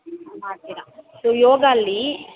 ಮಾಡ್ತೀರ ಸೊ ಯೋಗ ಅಲ್ಲೀ